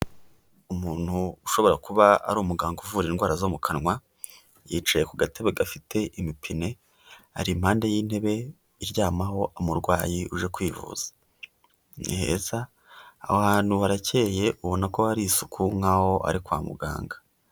Umuntu ushobora kuba ari umuganga uvura indwara zo mu kanwa, yicaye ku gatebe gafite imipine, ari impande y'intebe iryamaho umurwayi uje kwivuza, ni heza, aho hantu harakeye ubona ko hari isuku nk'aho ari kwa muganga.